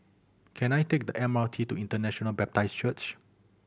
can I take the M R T to International Baptist Church